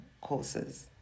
courses